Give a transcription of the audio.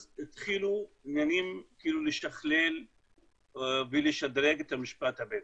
אז התחילו עניינים להשתכלל ולשדרג את המשפט הבדואי.